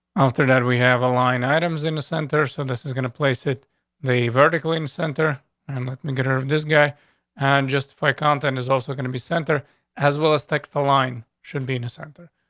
after that, we have a line items in the center, so this is gonna place it the vertical in center and let me get her. this guy on and just for content is also gonna be center as well as text. the line should be in the center.